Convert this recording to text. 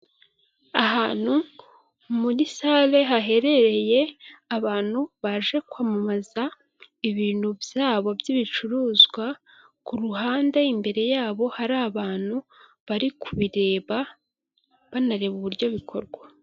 Ahantu muri sale haherereye abantu baje kwamamaza ibintu byabo by'ibicuruzwa ku ruhande imbere yabo hari abantu bari kubireba banareba uburyo bikorwa .